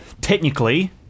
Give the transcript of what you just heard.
technically